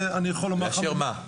לאשר מה?